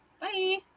Bye